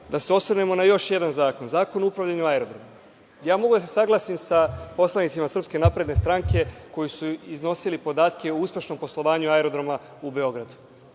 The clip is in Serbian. da se osvrnemo na još jedan zakon. Zakon o upravljanju aerodromima, mogu da se saglasim sa poslanicima SNS koji su iznosili podatke o uspešnom poslovanju aerodroma u Beogradu,